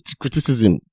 criticism